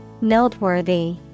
Noteworthy